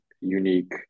unique